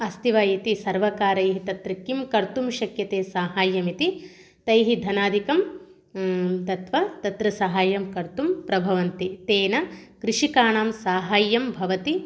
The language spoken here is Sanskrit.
अस्ति वा इति सर्वकारैः तत्र किं कर्तुं शक्यते साहाय्यम् इति तैः धनादिकं दत्वा तत्र साहाय्यं कर्तुं प्रभवन्ति तेन कृषिकाणां साहाय्यं भवति